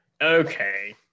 Okay